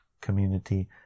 community